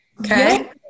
Okay